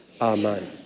Amen